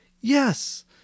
Yes